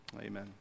Amen